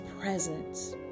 presence